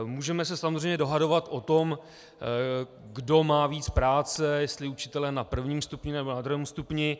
Můžeme se samozřejmě dohadovat o tom, kdo má víc práce, jestli učitelé na prvním stupni, nebo na druhém stupni.